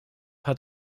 hat